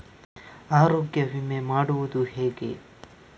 ಆರೋಗ್ಯ ವಿಮೆ ಮಾಡುವುದು ಹೇಗೆ?